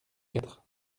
quatre